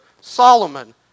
Solomon